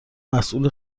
مسئول